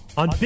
on